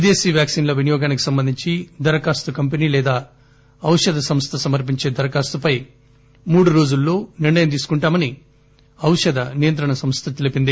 విదేశీ వ్యాక్సిన్ల వినియోగానికి సంబంధించి దరఖాస్తు కంపెనీ లేదా ఔషధ సంస్థ సమర్పించే దరఖాస్తు పైన మూడు రోజుల్లో తాము నిర్ణయం తీసుకుంటామని ఔషధ నియంత్రణ సంస్థ చెప్పింది